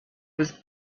was